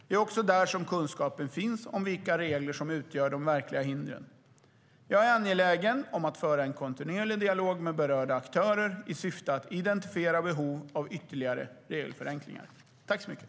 Det är också där som kunskapen finns om vilka regler som utgör de verkliga hindren. Jag är angelägen om att föra en kontinuerlig dialog med berörda aktörer i syfte att identifiera behov av ytterligare regelförenklingar.